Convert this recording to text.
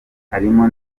harimo